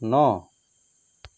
ন